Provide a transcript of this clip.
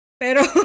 Pero